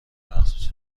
مخصوص